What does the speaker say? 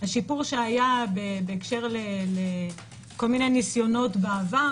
השיפור שהיה בהקשר של כל מיני ניסיונות בעבר.